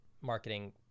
marketing